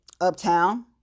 uptown